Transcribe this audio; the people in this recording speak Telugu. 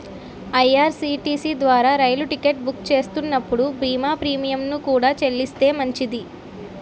ఐ.ఆర్.సి.టి.సి ద్వారా రైలు టికెట్ బుక్ చేస్తున్నప్పుడు బీమా ప్రీమియంను కూడా చెల్లిస్తే మంచిది